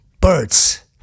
Birds